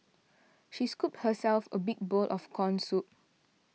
she scooped herself a big bowl of Corn Soup